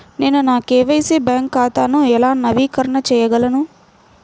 నేను నా KYC bank ఖాతాను ఎలా నవీకరణ చేయగలను?